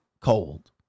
cold